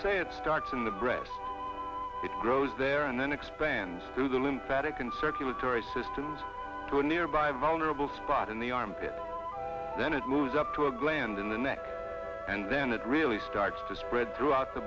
say it starts in the breast it grows there and then expands through the lymphatic and circulatory system to a nearby vulnerable spot in the armpit then it moves up to a gland in the neck and then it really starts to spread throughout the